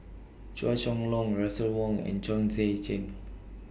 Chua Chong Long Russel Wong and Chong Tze Chien